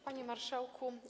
Panie Marszałku!